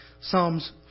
Psalms